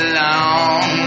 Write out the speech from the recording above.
long